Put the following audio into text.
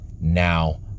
now